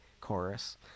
chorus